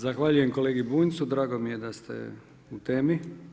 Zahvaljujem kolegi Bunjcu, drago mi je da ste u temi.